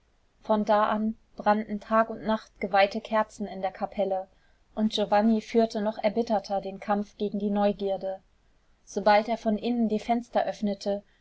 von da an brannten tag und nacht geweihte kerzen in der kapelle und giovanni führte noch erbitterter den kampf gegen die neugierde sobald er von innen die fenster öffnete